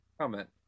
comment